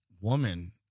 woman